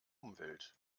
umwelt